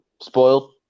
spoiled